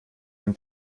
dem